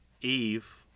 Eve